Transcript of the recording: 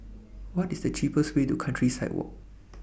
What IS The cheapest Way to Countryside Walk